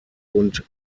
und